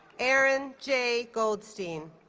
aaron jay goldstein